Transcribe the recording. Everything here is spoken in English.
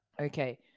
Okay